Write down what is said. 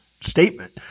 statement